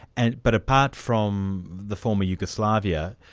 and but apart from the former yugoslavia,